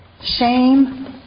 shame